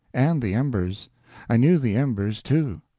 and the embers i knew the embers, too.